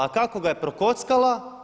A kako ga je prokockala?